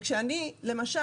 כשאני ניסיתי להיפגש למשל,